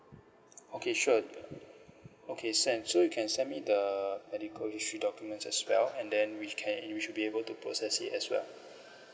okay sure okay send so you can send me the medical issue documents as well and then we shou~ can we should be able to process it as well